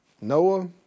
Noah